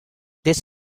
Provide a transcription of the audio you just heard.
this